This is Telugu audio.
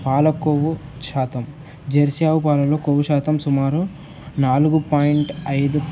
పాల కొవ్వు శాతం జెర్సీ ఆవు పాలలో కొవ్వు శాతం సుమారు నాలుగు పాయింట్ ఐదు